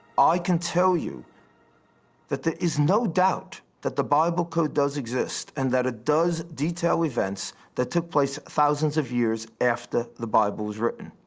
i can tell you that there is no doubt that the bible code does exist. and that it does detail events that took place thousands of years after the bible was written.